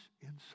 inside